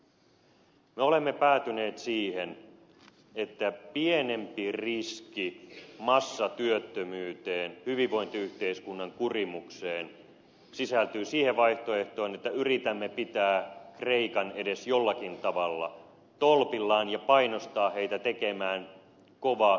me olemme päätyneet siihen että pienempi riski massatyöttömyyteen hyvinvointiyhteiskunnan kurimukseen sisältyy siihen vaihtoehtoon että yritämme pitää kreikan edes jollakin tavalla tolpillaan ja painostaa sitä tekemään kovaa saneerausohjelmaa